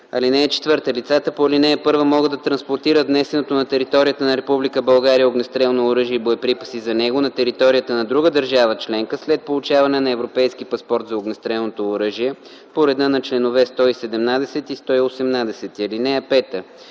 124. (4) Лицата по ал. 1 могат да транспортират внесеното на територията на Република България огнестрелно оръжие и боеприпаси за него на територията на друга държава членка след получаване на Европейски паспорт за огнестрелното оръжие по реда на чл. 117 и 118. (5)